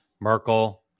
Merkel